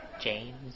James